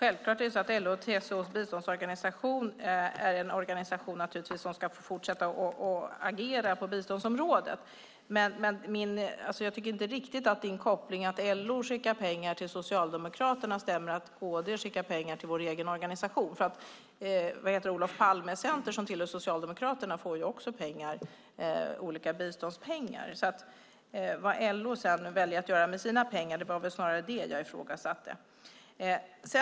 Fru talman! LO-TCO Biståndsnämnd är naturligtvis en organisation som ska få fortsätta att agera på biståndsområdet. Jag tycker inte riktigt att det stämmer med din koppling mellan att LO skickar pengar till Socialdemokraterna och att KD skickar pengar till vår egen organisation. Olof Palme Center, som tillhör Socialdemokraterna, får också olika biståndspengar. Det var snarare vad LO väljer att göra med sina pengar som jag ifrågasatte.